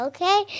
Okay